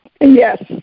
yes